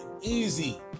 easy